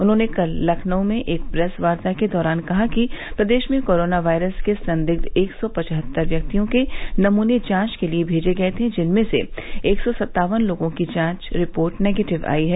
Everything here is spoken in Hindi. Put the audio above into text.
उन्होंने कल लखनऊ में एक प्रेस वार्ता के दौरान कहा कि प्रदेश में कोरोना वायरस के संदिग्ध एक सौ पचहत्तर व्यक्तियों के नमने जांच के लिये भेजे गये थे जिनमें से एक सौ सत्तावन लोगों की जांच रिपोर्ट निगेटिव आई है